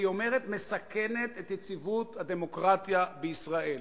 היא אומרת: מסכנת את יציבות הדמוקרטיה בישראל,